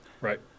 Right